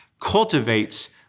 cultivates